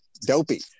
dopey